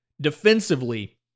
defensively